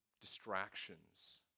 distractions